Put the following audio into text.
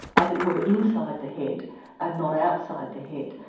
as it were, inside the head and not outside the head.